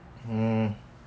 mm